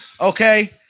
Okay